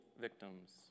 victims